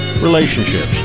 relationships